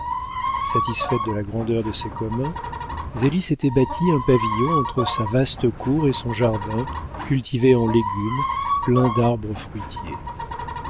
satisfaite de la grandeur de ses communs zélie s'était bâti un pavillon entre sa vaste cour et son jardin cultivé en légumes plein d'arbres fruitiers